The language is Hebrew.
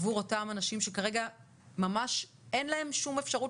עבור אותם אנשים שכרגע ממש אין להם שום אפשרות